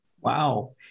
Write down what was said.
Wow